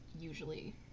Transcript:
usually